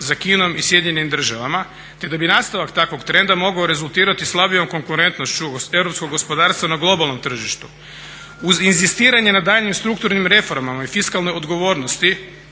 za Kinom i sjedinjenim državama te da bi nastavak takvog trenda mogao rezultirati slabijom konkurentnošću europskog gospodarstva na globalnom tržištu. Uz inzistiranje na daljnjim strukturnim reformama i fiskalnoj odlučeno